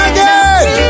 Again